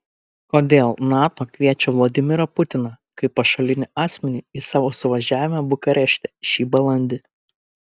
kodėl nato kviečia vladimirą putiną kaip pašalinį asmenį į savo suvažiavimą bukarešte šį balandį